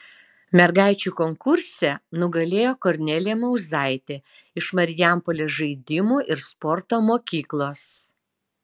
mergaičių konkurse nugalėjo kornelija mauzaitė iš marijampolės žaidimų ir sporto mokyklos